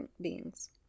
beings